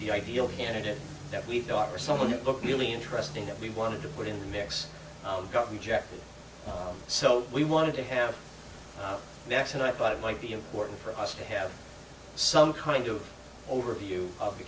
the ideal candidate that we thought or someone who looked really interesting that we wanted to put in the mix got rejected so we wanted to have next and i thought it might be important for us to have some kind of overview of the